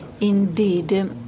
Indeed